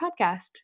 podcast